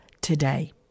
today